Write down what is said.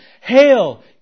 Hail